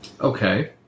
Okay